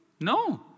No